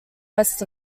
west